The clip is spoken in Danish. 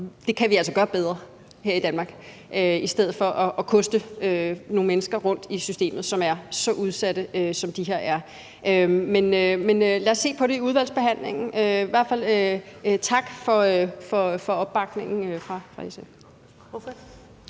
Det kan vi altså gøre bedre her i Danmark i stedet for at koste nogle mennesker rundt i systemet, som er så udsatte, som de er. Men lad os se på det i udvalgsbehandlingen. I hvert fald tak for opbakningen fra SF.